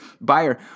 buyer